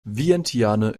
vientiane